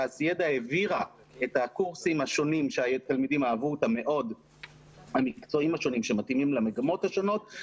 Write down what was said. תעשידע העבירה את הקורסים המקצועיים השונים שמתאימים למגמות השונות,